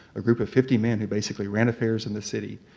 a group of fifty man who basically ran affairs in the city.